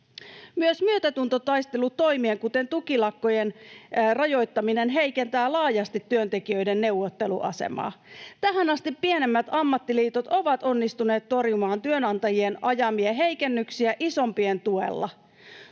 Myös myötätuntotaistelutoimien, kuten tukilakkojen, rajoittaminen heikentää laajasti työntekijöiden neuvotteluasemaa. Tähän asti pienemmät ammattiliitot ovat onnistuneet torjumaan työnantajien ajamia heikennyksiä isompien tuella.